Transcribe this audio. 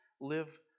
live